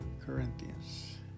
Corinthians